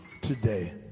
today